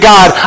God